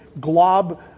glob